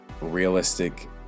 realistic